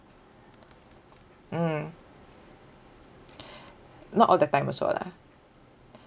mm not all the time also lah